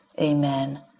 Amen